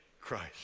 Christ